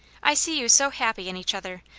i see you so happy in each other,